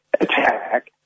attack